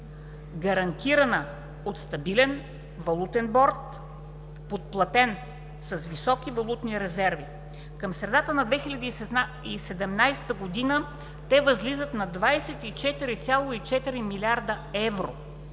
гарантирана от стабилен валутен борд, подплатен с високи валутни резерви. Към средата на 2017 г., те възлизат на 24,4 млрд. евро